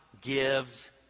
gives